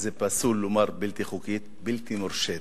זה פסול לומר "בלתי חוקית"; בלתי מורשית,